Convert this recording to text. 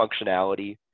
functionality